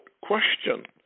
question